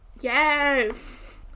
Yes